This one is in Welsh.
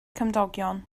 cymdogion